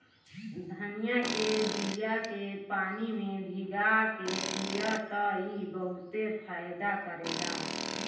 धनिया के बिया के पानी में भीगा के पिय त ई बहुते फायदा करेला